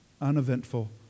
uneventful